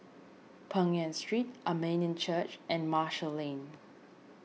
Peng Nguan Street Armenian Church and Marshall Lane